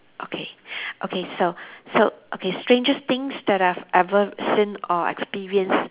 okay okay so so okay strangest things that I've ever seen or experienced